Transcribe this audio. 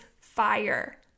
fire